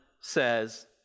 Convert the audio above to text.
says